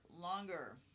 longer